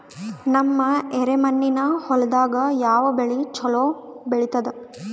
ನಮ್ಮ ಎರೆಮಣ್ಣಿನ ಹೊಲದಾಗ ಯಾವ ಬೆಳಿ ಚಲೋ ಬೆಳಿತದ?